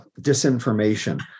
disinformation